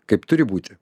kaip turi būti